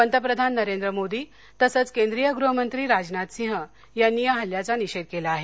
पंतप्रधान नरेंद्र मोदी तसंच केंद्रीय गृहमंत्री राजनाथ सिंह यांनी या हल्ल्याचा निषेध केला आहे